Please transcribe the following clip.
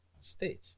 stage